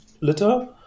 litter